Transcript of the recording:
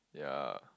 ya